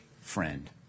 friend